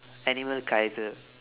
animal kaiser